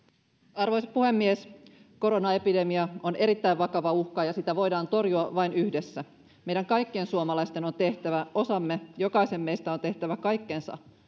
arvoisa puhemies koronaepidemia on erittäin vakava uhka ja sitä voidaan torjua vain yhdessä meidän kaikkien suomalaisten on tehtävä osamme jokaisen meistä on tehtävä kaikkensa